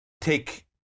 take